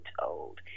told